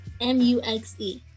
M-U-X-E